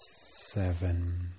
seven